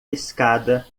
escada